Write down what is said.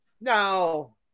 No